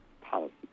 policy